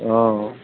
অঁ